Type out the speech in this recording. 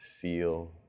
Feel